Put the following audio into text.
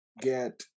get